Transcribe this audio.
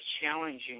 challenging